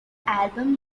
album